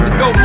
go